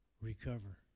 recover